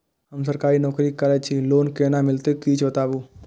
हम सरकारी नौकरी करै छी लोन केना मिलते कीछ बताबु?